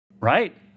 right